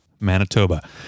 Manitoba